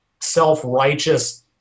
self-righteous